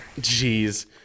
Jeez